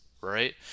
right